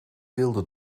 wilde